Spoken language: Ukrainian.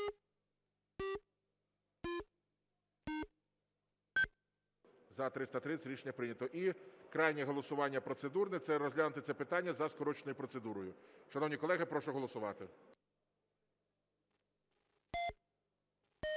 За-330 Рішення прийнято. І крайнє голосування процедурне – це розглянути це питання за скороченою процедурою. Шановні колеги, прошу голосувати. 11:04:00